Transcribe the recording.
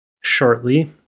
shortly